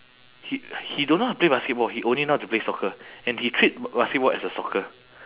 he he don't know how to play basketball he only know how to play soccer and he treat b~ basketball as a soccer